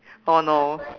oh no